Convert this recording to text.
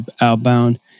Outbound